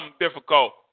difficult